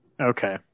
Okay